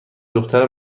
دختر